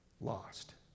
lost